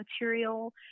material